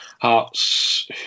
Hearts